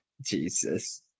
Jesus